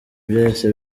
byahise